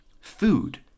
food